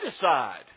decide